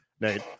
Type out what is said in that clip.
Nate